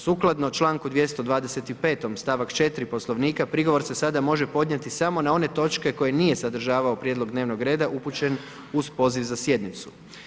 Sukladno čl. 225. stavak 4 poslovnika prigovor se sada može podnijeti samo na one točke koji nije sadržavao prijedlog dnevnog reda upućen uz poziv za sjednicu.